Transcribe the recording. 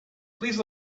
please